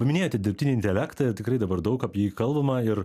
paminėjote dirbtinį intelektą ir tikrai dabar daug apie jį kalbama ir